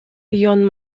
beyond